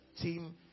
team